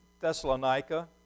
Thessalonica